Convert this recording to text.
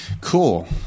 Cool